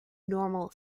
normal